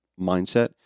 mindset